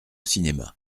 cinéma